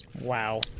Wow